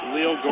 Leo